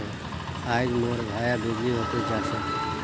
आइज मोर भाया बिजली ऑफिस जा छ